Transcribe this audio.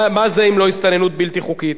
מה זה אם לא הסתננות בלתי חוקית?